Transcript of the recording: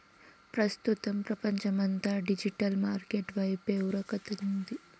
ప్రస్తుతం పపంచమంతా digital market వైపే ఉరకతాంది